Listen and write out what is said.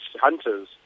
hunters